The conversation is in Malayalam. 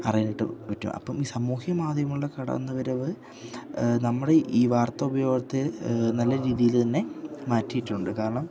അറിയാനായിട്ട് പറ്റും അപ്പം ഈ സാമൂഹിക മാധ്യമങ്ങളുടെ കടന്നുവരവ് നമ്മുടെ ഈ വാർത്ത ഉപയോഗത്തെ നല്ല രീതിയില് തന്നെ മാറ്റിയിട്ടുണ്ട് കാരണം